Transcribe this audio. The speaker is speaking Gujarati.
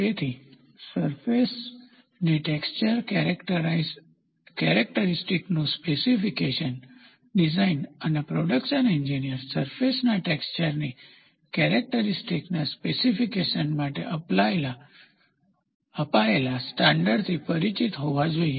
તેથી સરફેસની ટેક્સચર કેરેકટરીસ્ટીક નું સ્પેશીફિકેશન ડીઝાઇન અને પ્રોડકશન એન્જીનીયર સરફેસના ટેક્સચરની કેરેકટરીસ્ટીક ના સ્પેશીફિકેશન માટે અપાયેલા સ્ટાન્ડર્ડથી પરિચિત હોવા જોઈએ